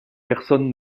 personne